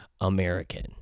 American